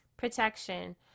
Protection